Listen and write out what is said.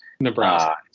Nebraska